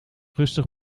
rustig